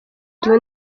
gihe